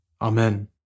Amen